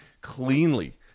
cleanly